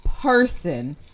person